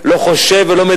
חבר הכנסת דני